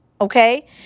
Okay